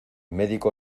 médico